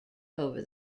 over